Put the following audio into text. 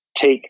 take